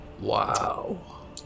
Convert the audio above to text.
Wow